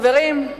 חברים,